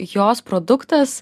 jos produktas